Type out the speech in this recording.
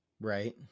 right